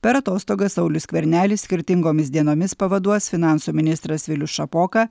per atostogas saulių skvernelį skirtingomis dienomis pavaduos finansų ministras vilius šapoka